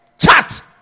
Chat